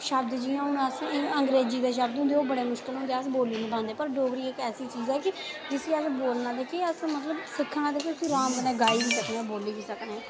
श्ब्द जियां अंग्रेजी दे शब्द होंदे ओह् बड़े मुश्कल होंदे अस बोली नी पांदे पर डोगरी इक ऐसी चीज ऐ इसी बोलना अस मतलव अस कुत्थें इसी अस गाई बी सकने आं बोली बी सकने आं